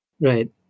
Right